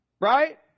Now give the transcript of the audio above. Right